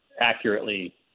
accurately